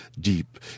deep